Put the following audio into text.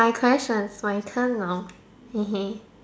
my questions my turn now hehe